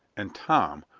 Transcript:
and tom,